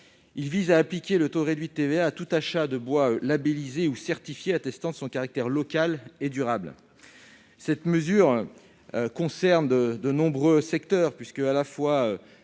Il s'agit d'appliquer le taux réduit de TVA à tout achat de bois labellisé ou certifié attestant son caractère durable et local. Cette mesure concerne de nombreux secteurs : Bois